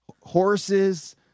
horses